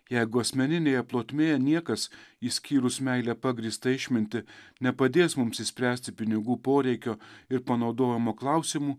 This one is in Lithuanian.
jeigu asmeninėje plotmėje niekas išskyrus meile pagrįstą išmintį nepadės mums išspręsti pinigų poreikio ir panaudojimo klausimų